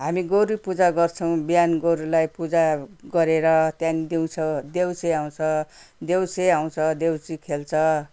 हामी गोरु पूजा गर्छौँ बिहान गोरुलाई पूजा गरेर त्यहाँदेखि दिउँसो देउसे आउँछ देउसे आउँछ देउसी खेल्छ